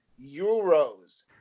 euros